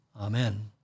Amen